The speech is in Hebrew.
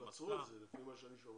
אבל עצרו את זה, לפי מה שאני שומע.